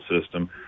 system